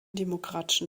demokratischen